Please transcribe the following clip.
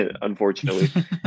unfortunately